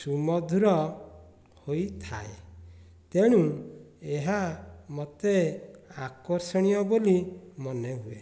ସୁମଧୁର ହୋଇଥାଏ ତେଣୁ ଏହା ମୋତେ ଆକର୍ଷଣୀୟ ବୋଲି ମନେ ହୁଏ